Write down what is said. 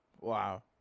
Wow